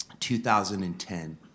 2010